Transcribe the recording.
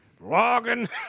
Logging